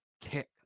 kick